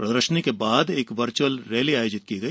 प्रदर्शनी के बाद वर्चुअल रैली आयोजित की गई